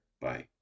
Bye